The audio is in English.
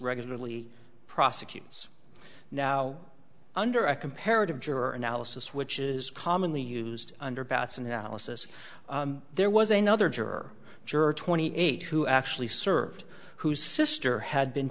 regularly prosecutions now under a comparative juror analysis which is commonly used under bat's analysis there was a nother juror juror twenty eight who actually served whose sister had been